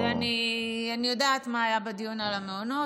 אני יודעת מה היה בדיון על המעונות,